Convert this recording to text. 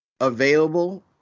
available